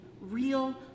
Real